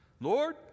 Lord